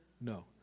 No